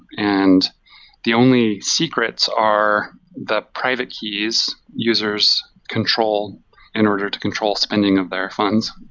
and the only secrets are the private keys users control in order to control spending of their funds.